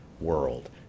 world